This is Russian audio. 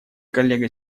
коллега